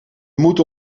moeten